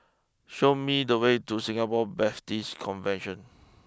show me the way to Singapore Baptist Convention